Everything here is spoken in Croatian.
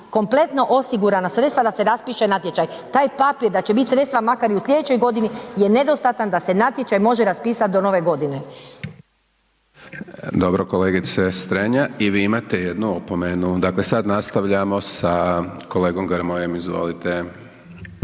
kompletno osigurana sredstva da se raspiše natječaj. Taj papir da će biti sredstva makar i u sljedećoj godini je nedostatan da se natječaj može raspisati do nove godine. **Hajdaš Dončić, Siniša (SDP)** Dobro kolegica Strenja i vi imate jednu opomenu. Dakle sada nastavljamo sa kolegom Grmojem. Izvolite.